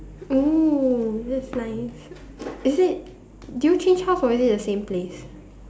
oh that's nice is it did you change house or is it the same place